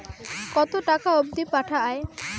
কতো টাকা অবধি পাঠা য়ায়?